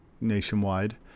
nationwide